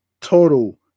total